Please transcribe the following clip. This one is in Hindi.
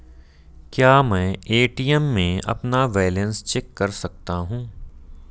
क्या मैं ए.टी.एम में अपना बैलेंस चेक कर सकता हूँ?